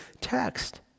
text